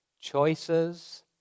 Choices